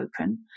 open